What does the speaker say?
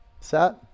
set